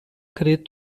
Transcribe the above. kredi